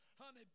Honey